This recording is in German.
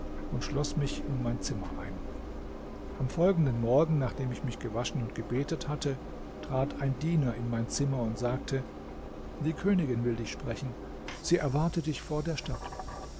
und schloß mich in mein zimmer ein am folgenden morgen nachdem ich mich gewaschen und gebetet hatte trat ein diener in mein zimmer und sagte die königin will dich sprechen sie erwartet dich vor der stadt